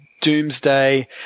Doomsday